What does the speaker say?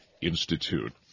Institute